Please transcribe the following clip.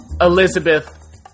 Elizabeth